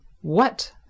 What